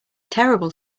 terrible